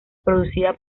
producida